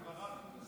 כבר רבין.